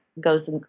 goes